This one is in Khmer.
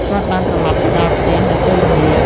គាត់បានត្រឡប់ទៅដល់ផ្ទះនៅពេលល្ងាច។